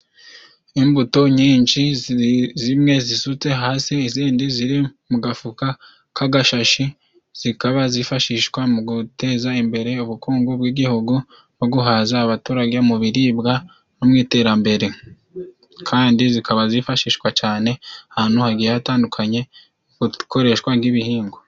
Imbuto nyinshi zimwe zisutse hasi izindi ziri mu gafuka k'agashashi, zikaba zifashishwa mu guteza imbere ubukungu bw'Igihugu no guhaza abaturage mu biribwa no mu iterambere kandi zikaba zifashishwa cyane ahantu hagiye hatandukanye ku ikoreshwa ry'ibihingwa.